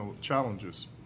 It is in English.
challenges